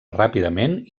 ràpidament